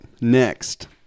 Next